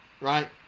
right